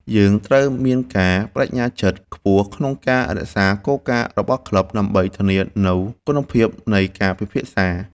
យើងត្រូវមានការប្តេជ្ញាចិត្តខ្ពស់ក្នុងការរក្សាគោលការណ៍របស់ក្លឹប ដើម្បីធានានូវគុណភាពនៃការពិភាក្សា។